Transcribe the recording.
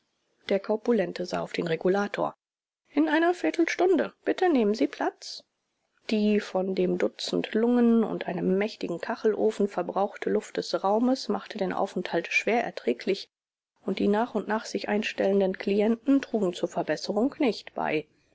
der korpulente sah auf den regulator in einer viertelstunde bitte nehmen sie platz die von dem dutzend lungen und einem mächtigen kachelofen verbrauchte luft des raumes machte den aufenthalt schwer erträglich und die nach und nach sich einstellenden klienten trugen zur verbesserung nicht bei